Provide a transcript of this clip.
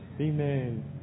Amen